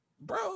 Bro